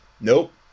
Nope